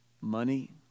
money